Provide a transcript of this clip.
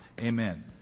amen